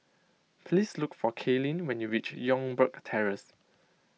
please look for Kalyn when you reach Youngberg Terrace